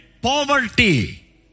Poverty